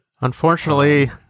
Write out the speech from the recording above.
Unfortunately